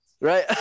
Right